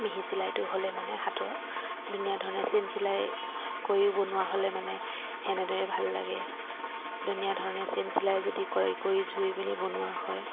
মিহি চিলাইটো হ'লে মানে হাতৰ ধুনীয়া ধৰণে চেইন চিলাই কৰিও বনোৱা হ'লে মানে তেনেদৰে ভাল লাগে ধুনীয়া ধৰণে চেইন চিলাই যদি কৰি জুৰি মেলি বনোৱা হয়